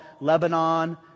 Lebanon